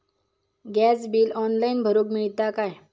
Gas bill online भरुक मिळता काय?